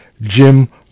Jim